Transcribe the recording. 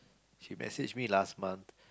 she message me last month